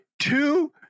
two